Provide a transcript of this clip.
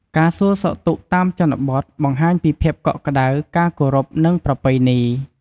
ការសួរសុខទុក្ខតាមជនបទ បង្ហាញពីភាពកក់ក្តៅ ការគោរព និងប្រពៃណី។